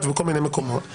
בראשן כמובן המגזר החרדי,